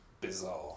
bizarre